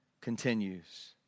continues